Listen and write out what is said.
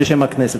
בשם הכנסת.